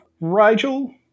Rigel